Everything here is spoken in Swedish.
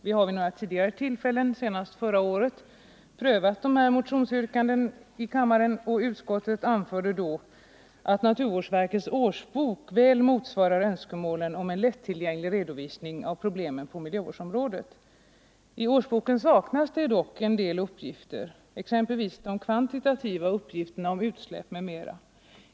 Vi har vid några tidigare tillfällen, senast förra året, prövat dessa motionsyrkanden i kammaren, och utskottet anförde då att naturvårdsverkets årsbok väl motsvarar önskemålen om en lättillgänglig redovisning av problemen på miljövårdsområdet. I årsboken saknas dock en del uppgifter, exempelvis kvantitativa uppgifter om utsläpp m.m.